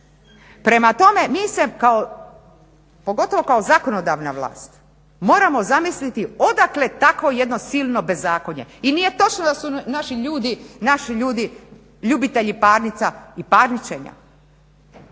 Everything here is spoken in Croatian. Prema tome … kao zakonodavna vlast moramo zamisliti odakle takvo jedno silno bezakonje. I nije točno da su naši ljudi ljubitelji parnica i parničenja.